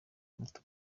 muto